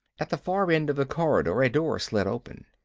at the far end of the corridor a door slid open.